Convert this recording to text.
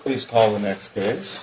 please call the next phase